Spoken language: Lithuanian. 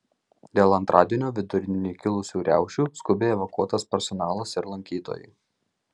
dėl antradienio vidurdienį kilusių riaušių skubiai evakuotas personalas ir lankytojai